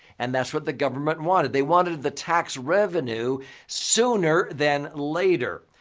and that's what the government wanted. they wanted the tax revenue sooner than later.